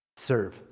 Serve